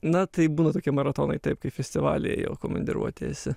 na tai būna tokie maratonai taip kai festivalyje jau komandiruotėj esi